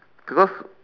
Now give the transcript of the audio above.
because